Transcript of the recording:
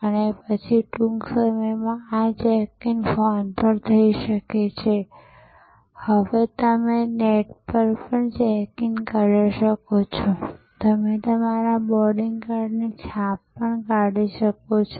અને પછી ટૂંક સમયમાં આ ચેક ઇન ફોન પર થઈ શકે છે અને હવે તમે નેટ પર ચેક ઇન કરી શકો છોતમે તમારા બોર્ડિંગ કાર્ડની છાપ પણ કાઢી શકો છો